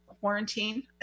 quarantine